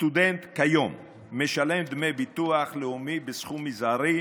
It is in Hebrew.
סטודנט משלם כיום דמי ביטוח לאומי בסכום מזערי,